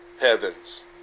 heavens